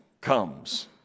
comes